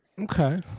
Okay